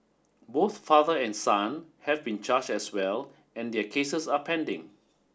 both father and son have been charge as well and their cases are pending